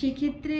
সেক্ষেত্রে